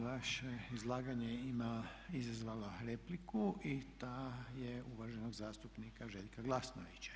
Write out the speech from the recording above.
Vaše izlaganje ima, izazvalo je repliku i ta je uvaženog zastupnika Željka Glasnovića.